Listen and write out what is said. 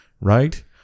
right